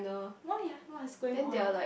why ah what's going on